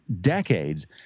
decades